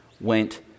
went